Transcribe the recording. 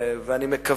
טוב עשית.